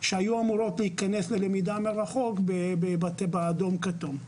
שהיו אמורות להיכנס ללמידה מרחוק באדום כתום.